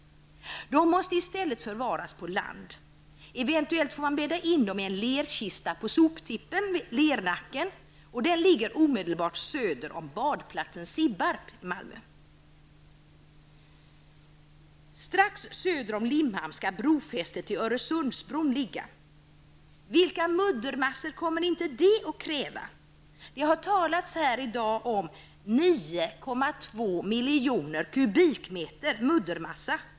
De måste i stället förvaras på land. Eventuellt får man bädda in dem i en lerkista på soptippen Lernacken. Den ligger omedelbart söder om badplatsen Sibbarp i Öresundsbron ligga. Vilka muddermassor kommer inte detta att kräva. Det har i dag talats om 9,2 miljoner kubikmeter muddermassa.